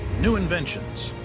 new inventions